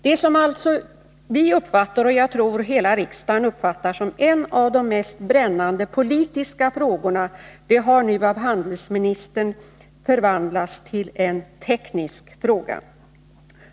Det som vi — och jag tror hela riksdagen — uppfattar som en av de mest brännande politiska frågorna har nu av handelsministern förvandlats till en teknisk fråga.